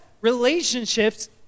relationships